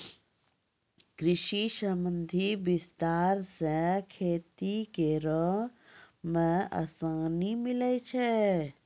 कृषि संबंधी विस्तार से खेती करै मे आसानी मिल्लै छै